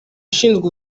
ishinzwe